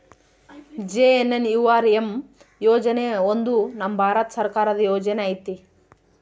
JNNURM ಯೋಜನೆ ಒಂದು ನಮ್ ಭಾರತ ಸರ್ಕಾರದ ಯೋಜನೆ ಐತಿ